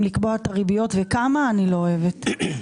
לקבוע את הריביות וכמה אני לא אוהבת.